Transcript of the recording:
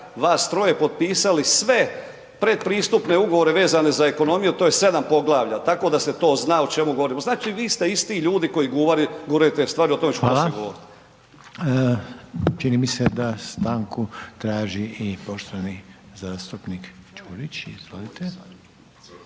vas troje potpisali sve predpristupne ugovore vezane za ekonomiju, to je 7 poglavlja, tako da se to zna o čemu govorimo, znači vi ste isti ljudi koji guraju te stvari, o tome ću kasnije …/Upadica: Hvala/…govorit. **Reiner, Željko (HDZ)** Čini mi se da stanku traži i poštovani zastupnik …/Govornik